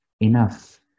Enough